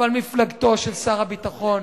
אבל מפלגתו של שר הביטחון,